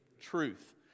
Truth